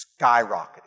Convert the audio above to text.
skyrocketed